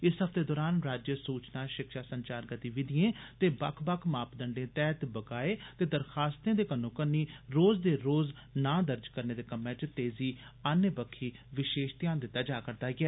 इच हफ्ते दरान राज्य सूचना शिक्षा संचार गतिविधिएं ते बक्ख बक्ख मापदंडें तैहत बकाएं दे दरखास्तें दे कन्नोकन्नी रोज दे रोज ना दर्ज करने दे कम्मै च तेजी आनने बक्खी ध्यान दित्त जा रदा ऐ